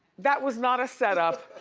that was not a set-up.